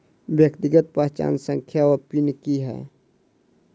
व्यक्तिगत पहचान संख्या वा पिन की है?